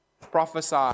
prophesy